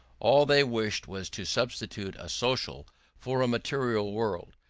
all they wished was to substitute a social for a material world,